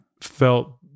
felt